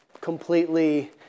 completely